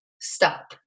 stop